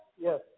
Yes